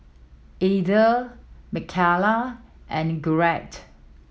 Edythe Mckayla and Garrett